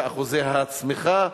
ואחוזי הצמיחה,